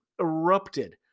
erupted